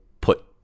put